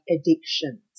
addictions